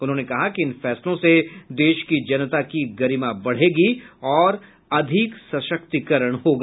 उन्होंने कहा कि इन फैसलों से देश की जनता की गरिमा बढ़ेगी और अधिक सशक्तिकरण होगा